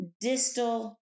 distal